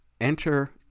enter